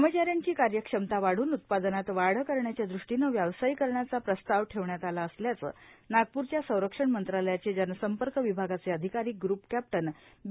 कर्मचाऱ्यांची कार्यक्षमता वाढून उत्पादनात वाढ करण्याच्या दृश्टीनं व्यावसायिकरणाचा प्रस्ताव ठेवण्यात आला असल्याचं नागपूरच्या संरक्षण मंत्रालयाचे जनसंपर्क विभागाचे अधिकारी ग्रप कॅप्टन बी